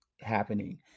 happening